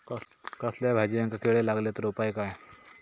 कसल्याय भाजायेंका किडे लागले तर उपाय काय?